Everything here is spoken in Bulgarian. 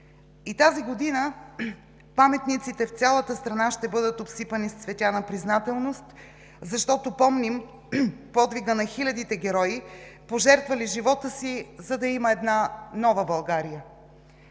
И тази година паметниците в цялата страна ще бъдат обсипани с цветя на признателност, защото помним подвига на хилядите герои, пожертвали живота си, за да има една нова България.